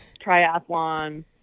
triathlon